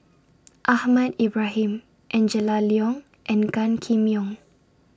Ahmad Ibrahim and Angela Liong and Gan Kim Yong